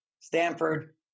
Stanford